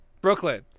Brooklyn